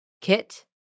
kit